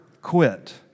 quit